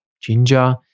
ginger